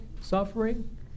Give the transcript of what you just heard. suffering